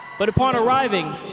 but upon arriving,